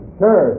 sir